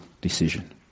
decision